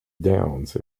downs